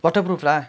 waterproof lah